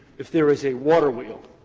if there is a water wheel